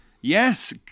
Yes